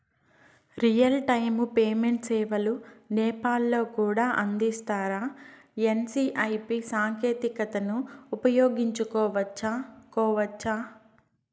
Real time payment సేవలు నేపాల్ లో కూడా అందిస్తారా? ఎన్.సి.పి.ఐ సాంకేతికతను ఉపయోగించుకోవచ్చా కోవచ్చా?